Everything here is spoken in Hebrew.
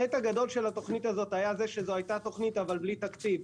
החטא הגדול של התוכנית הזאת היה שזו הייתה תוכנית אבל בלי תקציב.